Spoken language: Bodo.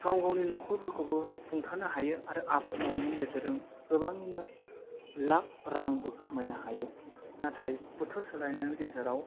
गाव गावनि नखरफोरखौबो सुंथानो हायो आरो आबाद मावनायनि गेजेरजों गोबाङैनो लाख रांबो खामायनो हायो नाथाय बोथोर सोलायनायनि गेजेराव